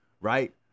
right